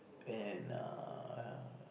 and err